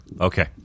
Okay